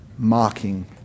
Mocking